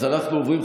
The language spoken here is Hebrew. אז אנחנו עוברים,